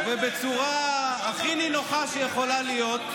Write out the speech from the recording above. שיושב בצורה הכי נינוחה שיכולה להיות,